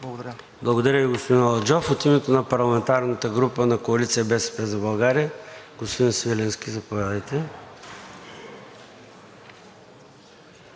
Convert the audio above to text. Благодаря Ви, господин Аладжов. От името на парламентарната група на Коалиция „БСП за България“. Господин Свиленски, заповядайте.